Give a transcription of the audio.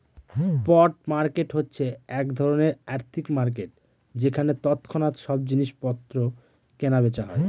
spot market হচ্ছে এক ধরনের আর্থিক মার্কেট যেখানে তৎক্ষণাৎ সব জিনিস পত্র কেনা বেচা হয়